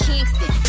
Kingston